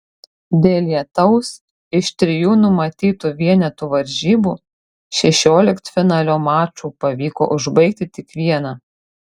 dėl lietaus iš trijų numatytų vienetų varžybų šešioliktfinalio mačų pavyko užbaigti tik vieną